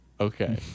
Okay